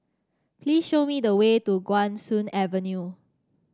please show me the way to Guan Soon Avenue